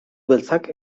beltzak